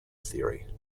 theory